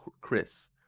Chris